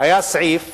היה סעיף